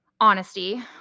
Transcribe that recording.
honesty